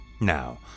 Now